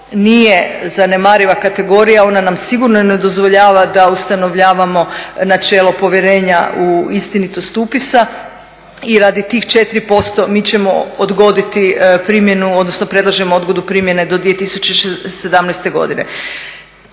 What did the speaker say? nije zanemariva kategorija, ona nam sigurno ne dozvoljava da ustanovljavamo načelo povjerenja u istinitost upisa. I radi tih 4% mi ćemo odgoditi primjenu, odnosno predlažemo odgodu primjene do 2017. godine.